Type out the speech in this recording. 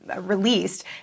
released